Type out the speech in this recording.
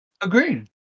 Agreed